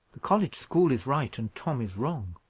the college school is right, and tom is wrong.